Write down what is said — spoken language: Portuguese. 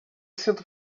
sinto